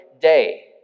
day